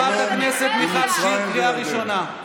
חברת הכנסת מיכל שיר, קריאה ראשונה.